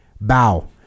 Bow